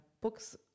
books